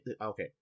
okay